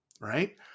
right